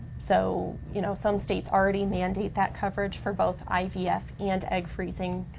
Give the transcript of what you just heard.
so you know some states already mandate that coverage for both ivf and egg freezing,